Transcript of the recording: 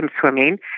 swimming